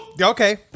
Okay